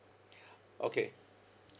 okay